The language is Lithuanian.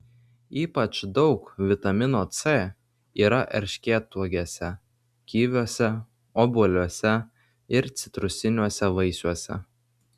ypač daug vitamino c yra erškėtuogėse kiviuose obuoliuose ir citrusiniuose vaisiuose